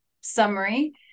summary